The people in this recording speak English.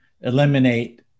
eliminate